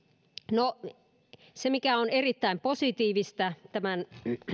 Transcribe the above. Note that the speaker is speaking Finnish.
no se mikä on erittäin positiivista